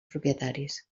propietaris